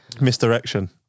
Misdirection